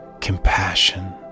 compassion